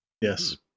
Yes